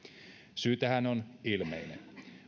tähän on ilmeinen